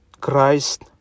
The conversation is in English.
Christ